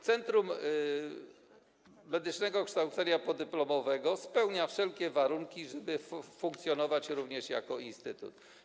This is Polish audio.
Centrum Medyczne Kształcenia Podyplomowego spełnia wszelkie warunki, żeby funkcjonować również jako instytut.